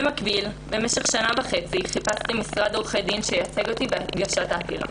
במקביל במשך שנה וחצי חיפשתי משרד עורכי דין שייצג אותי בהגשת העתירה.